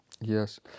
Yes